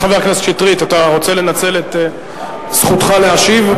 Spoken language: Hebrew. חבר הכנסת שטרית, אתה רוצה לנצל את זכותך להשיב?